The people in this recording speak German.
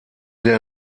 der